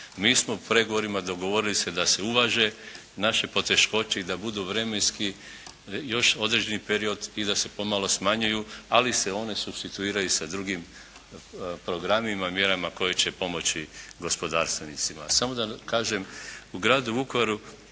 Mi smo uz pregovorima dogovorili se da se uvaže naše poteškoće i da budu vremenski još određeni period i da se pomalo smanjuju, ali se one supstituiraju sa drugim programima, mjerama koje će pomoći gospodarstvenicima. Samo da kažem, u gradu Vukovaru